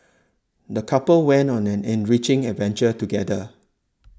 the couple went on an enriching adventure together